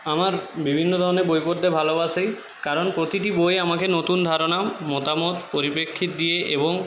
আমার বিভিন্ন ধরনের বই পড়তে ভালোবাসি কারণ প্রতিটি বই আমাকে নতুন ধারণা মতামত পরিপ্রেক্ষিত দিয়ে এবং